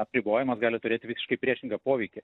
apribojimas gali turėti visiškai priešingą poveikį